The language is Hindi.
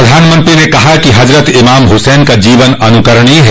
प्रधानमंत्री ने कहा कि हज़रत इमाम हुसैन का जीवन अनुकरणीय है